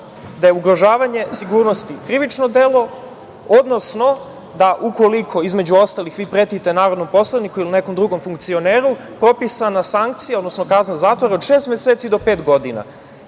da je ugrožavanje sigurnosti krivično delo, odnosno da ukoliko, između ostalih, vi pretite narodnom poslaniku ili nekom drugom funkcioneru, propisana je sankcija, odnosno kazna zatvora od šest meseci do pet godina.